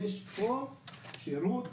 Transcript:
יש פה שירות